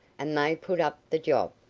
and they put up the job.